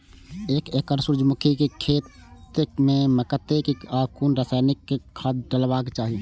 एक एकड़ सूर्यमुखी केय खेत मेय कतेक आ कुन रासायनिक खाद डलबाक चाहि?